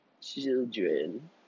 children